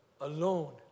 alone